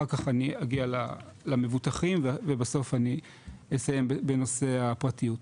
אחר כך אני אגיע למבוטחים ובסוף אני אסיים בנושא הפרטיות.